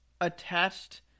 Attached